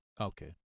Okay